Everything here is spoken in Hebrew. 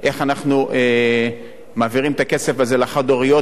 איך אנחנו מעבירים את הכסף הזה לחד-הוריות